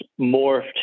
morphed